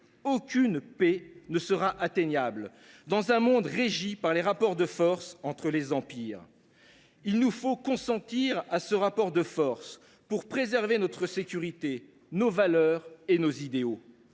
aucune paix ne sera possible dans un monde régi par les rapports de force entre empires. Il nous faut consentir à ces rapports de force pour préserver notre sécurité, nos valeurs et nos idéaux.